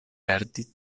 perdi